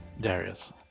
Darius